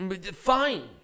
fine